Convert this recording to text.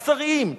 אכזריים,